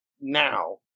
now